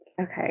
Okay